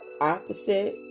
opposite